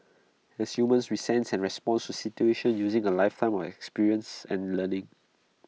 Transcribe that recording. as humans we sense and response to situations using A lifetime of experience and learning